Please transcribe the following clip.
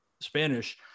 Spanish